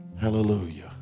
Hallelujah